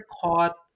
caught